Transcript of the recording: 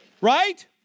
Right